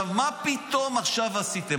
מה פתאום עכשיו עשיתם?